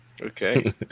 Okay